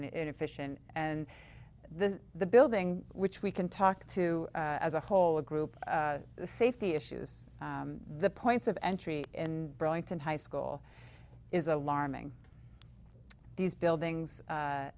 and efficient and the the building which we can talk to as a whole group safety issues the points of entry in burlington high school is alarming these buildings